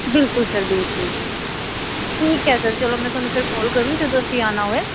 ਬਿਲਕੁਲ ਸਰ ਬਿਲਕੁਲ ਜੀ ਠੀਕ ਹੈ ਸਰ ਚਲੋ ਮੈਂ ਤੁਹਾਨੂੰ ਫਿਰ ਕਾਲ ਕਰੂ ਜਦੋਂ ਅਸੀਂ ਆਉਣਾ ਹੋਏ